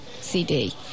CD